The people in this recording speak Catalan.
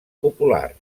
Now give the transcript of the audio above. popular